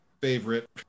favorite